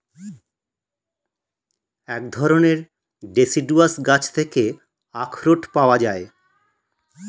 এক ধরণের ডেসিডুয়াস গাছ থেকে আখরোট পাওয়া যায়